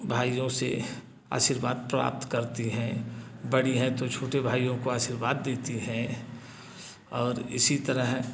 भाइयों से आशीर्वाद प्राप्त करती हैं बड़ी हैं तो छोटे भाइयों को आशीर्वाद देती हैं और इसी तरह